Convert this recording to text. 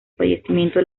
fallecimiento